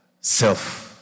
self